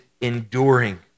enduring